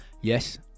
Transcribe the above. Yes